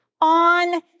on